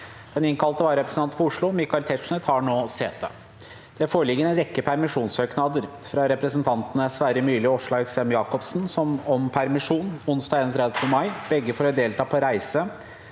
Den innkalte vararepresentanten for Oslo, Michael Tetzschner, tar nå sete. Det foreligger en rekke permisjonssøknader: – fra representantene Sverre Myrli og Åslaug Sem- Jacobsen om permisjon onsdag 31. mai – begge for å delta på reise